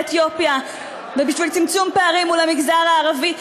אתיופיה ובשביל צמצום פערים למגזר הערבי.